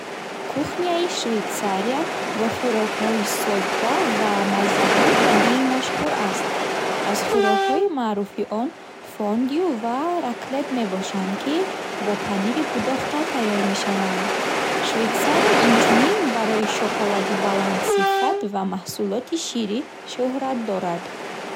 Кухняи Швейтсария бо хӯрокҳои содда ва маззаҳои табиӣ машҳур аст. Аз хӯрокҳои маъруфи он фондю ва раклет мебошанд, ки бо панири гудохта тайёр мешаванд. Швейтсария инчунин барои шоколади баландсифат ва маҳсулоти ширӣ шӯҳрат дорад.